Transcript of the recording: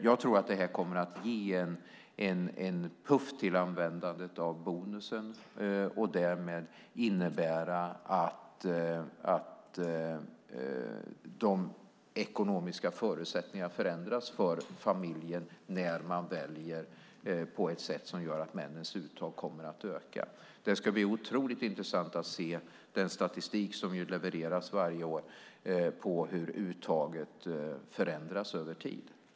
Jag tror att det kommer att bli en puff för användandet av bonusen och därmed innebära att de ekonomiska förutsättningarna förändras för familjen när man väljer på ett sådant sätt att männens uttag kommer att öka. Det ska bli otroligt intressant att se den statistik som levereras varje år på hur uttaget förändras över tid.